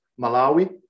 Malawi